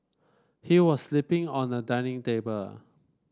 he was sleeping on a dining table